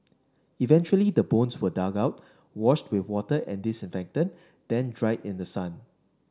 eventually the bones were dug out washed with water and disinfectant then dried in the sun